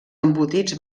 embotits